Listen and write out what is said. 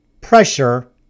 Pressure